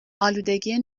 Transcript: آلودگی